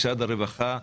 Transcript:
משרד הרווחה,